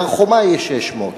בהר-חומה יש 600,